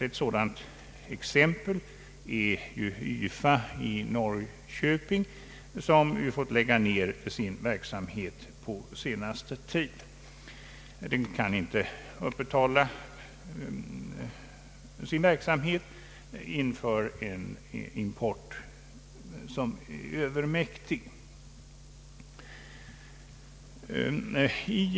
Ett sådant exempel är YFA i Norrköping som ju fått lägga ned sin verksamhet på senaste tiden. Verksamheten kunde inte upprätthållas inför en övermäktig import.